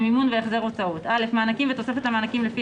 מימון והחזר הוצאות מענקים ותוספת למענקים לפי